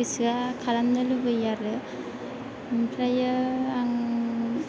गोसोया खालामनो लुबैयो आरो ओमफ्रायो आं